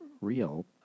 real